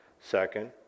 Second